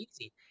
easy